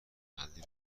محلی